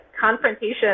confrontation